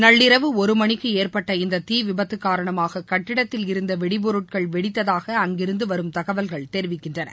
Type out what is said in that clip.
நள்ளிரவு ஒருமணிக்கு ஏற்பட்ட இந்த தீவிபத்து காரணமாக கட்டிடத்தில் இருந்த வெடிபொருட்கள் வெடித்ததாக அங்கிருந்து வரும் தகவல்கள் தெரிவிக்கின்றன